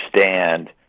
understand